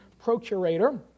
procurator